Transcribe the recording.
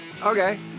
Okay